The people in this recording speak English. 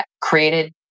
created